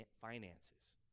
finances